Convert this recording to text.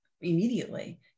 immediately